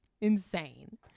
insane